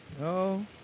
No